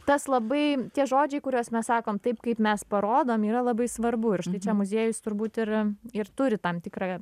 tas labai tie žodžiai kuriuos mes sakom taip kaip mes parodom yra labai svarbu ir štai čia muziejus turbūt ir ir turi tam tikrą